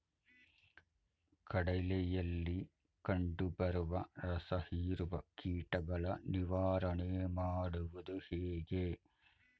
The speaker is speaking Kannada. ಕಡಲೆಯಲ್ಲಿ ಕಂಡುಬರುವ ರಸಹೀರುವ ಕೀಟಗಳ ನಿವಾರಣೆ ಮಾಡುವುದು ಹೇಗೆ?